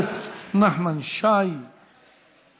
חבר הכנסת נחמן שי נמצא,